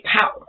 power